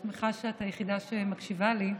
אני שמחה שאת היחידה שמקשיבה לי,